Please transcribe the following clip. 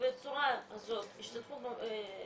בצורה הזאת ישתתפו בתכנית,